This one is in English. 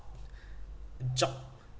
job